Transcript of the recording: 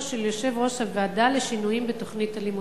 של יושב-ראש הוועדה לשינויים בתוכנית הלימודים?